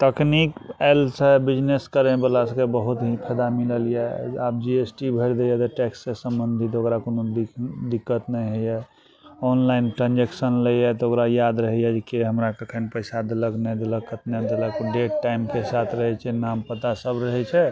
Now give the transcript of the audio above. तकनीक आएलसँ बिजनेस करैबला सबके बहुत नीक फैदा मिलल यऽ आब जी एस टी भरि दैए अगर टैक्ससँ समबन्धित तऽ ओकरा कोनो भी दिक्कत नहि होइए ऑनलाइन ट्रान्जेक्शन लैए तऽ ओकरा याद रहैए जे कि हमारा कखन पैसा देलक नहि देलक कतने देलक ओ डेट टाइमके साथ रहै छै नाम पता सब रहै छै